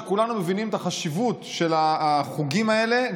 כולנו מבינים את החשיבות של החוגים האלה,